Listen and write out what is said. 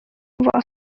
was